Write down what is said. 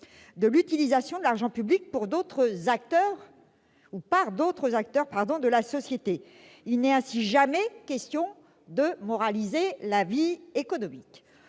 de l'utilisation de l'argent public par d'autres acteurs de la société. On ne parle ainsi jamais de moraliser la vie économique.